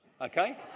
okay